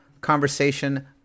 conversation